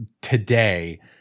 today